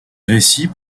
récits